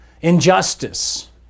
injustice